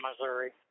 Missouri